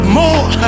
more